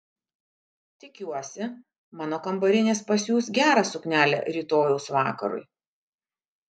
tikiuosi mano kambarinės pasiūs gerą suknelę rytojaus vakarui